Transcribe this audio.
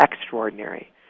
extraordinary